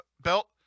belt